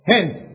Hence